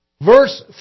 Verse